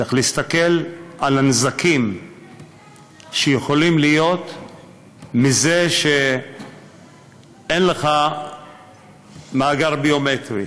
צריך להסתכל על הנזקים שיכולים להיות מזה שאין לך מאגר ביומטרי,